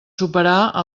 superar